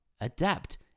adapt